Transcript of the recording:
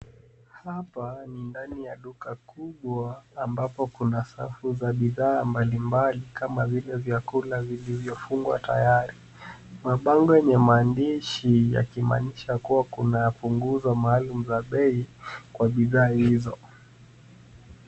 Hapa ni ndani ya duka kubwa ambapo kuna safu za bidhaa mbali mbali kama vile vyakula vilivyo fungwa tayari mabango yenye maandishi yaki maanisha kuwa kunapunguzo maalum za bei kwa bidhaa hizo.